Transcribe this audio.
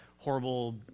Horrible